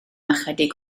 ychydig